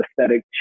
aesthetic